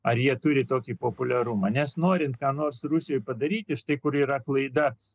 ar jie turi tokį populiarumą nes norint ką nors rusijoj padaryti štai kur yra klaidas